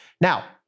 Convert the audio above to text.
Now